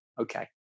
Okay